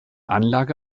anlage